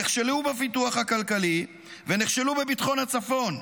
נכשלו בפיתוח הכלכלי ונכשלו בביטחון הצפון.